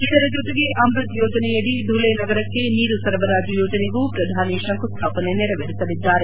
ಇದರ ಜೊತೆಗೆ ಅಮ್ಬತ್ ಯೋಜನೆಯಡಿ ಧುಲೆ ನಗರಕ್ಷೆ ನೀರು ಸರಬರಾಜು ಯೋಜನೆಗೂ ಪ್ರಧಾನಿ ಶಂಕುಸ್ಟಾಪನೆ ನೆರವೇರಿಸಲಿದ್ದಾರೆ